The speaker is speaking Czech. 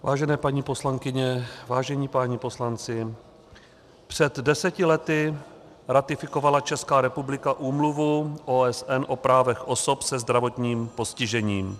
Vážené paní poslankyně, vážení páni poslanci, před deseti lety ratifikovala Česká republika Úmluvu OSN o právech osob se zdravotním postižením.